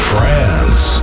France